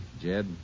Jed